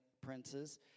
princes